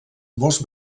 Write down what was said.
molts